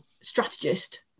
strategist